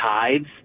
tides